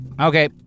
Okay